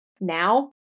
now